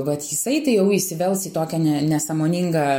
vat jisai jau įsivels į tokią ne nesąmoningą